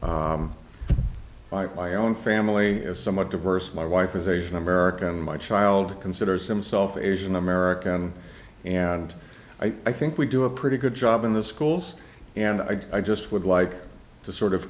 by my own for amalie is somewhat diverse my wife is asian american my child considers himself asian american and i think we do a pretty good job in the schools and i just would like to sort of